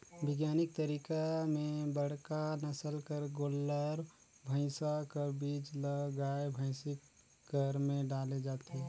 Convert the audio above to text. बिग्यानिक तरीका में बड़का नसल कर गोल्लर, भइसा कर बीज ल गाय, भइसी कर में डाले जाथे